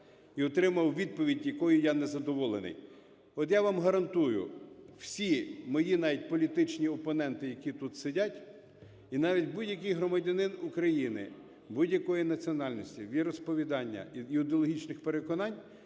і отримав відповідь, якою я незадоволений. От я вам гарантую, всі мої навіть політичні опоненти, які тут сидять, і навіть будь-який громадянин України будь-якої національності, віросповідання і ідеологічних переконань,